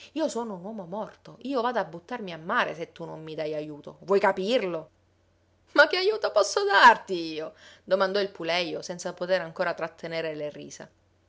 io sono un uomo morto io vado a buttarmi a mare se tu non mi dai ajuto vuoi capirlo ma che ajuto posso darti io domandò il pulejo senza potere ancora trattener le risa